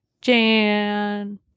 Jan